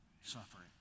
suffering